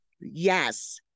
Yes